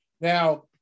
Now